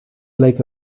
bleek